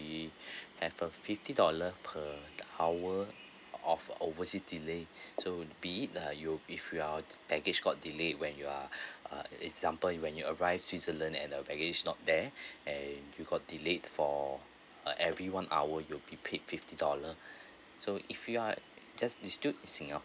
~e have a fifty dollar per hour of overseas delay so be it ah you if you're baggage got delayed when you are uh example when you arrive switzerland and your baggage not there and you've got delayed for uh every one hour you'll be paid fifty dollar so if you are just is still in singa~